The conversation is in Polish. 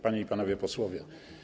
Panie i Panowie Posłowie!